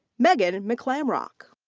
megan and mcclamroch.